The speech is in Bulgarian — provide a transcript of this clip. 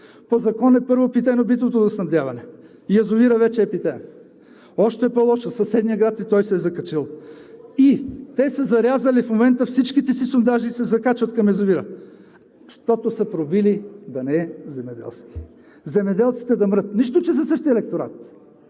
по закон е първо питейно-битовото водоснабдяване, язовирът вече е питеен. Още по-лошо – съседният град, и той се е закачил. Те са зарязали в момента всичките си сондажи и се закачват към язовира, защото са пробили да не е земеделски – земеделците да мрат, нищо, че са същият електорат.